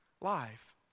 life